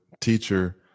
teacher